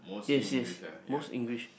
yes yes most English